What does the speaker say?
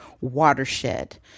watershed